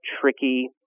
tricky